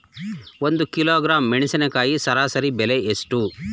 ಒಂದು ಕಿಲೋಗ್ರಾಂ ಮೆಣಸಿನಕಾಯಿ ಸರಾಸರಿ ಬೆಲೆ ಎಷ್ಟು?